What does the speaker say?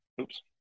Oops